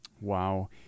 Wow